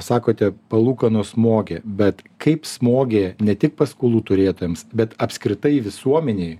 sakote palūkanos smogė bet kaip smogė ne tik paskolų turėtojams bet apskritai visuomenei